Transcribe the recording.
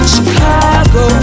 Chicago